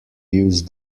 use